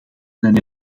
een